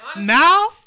Now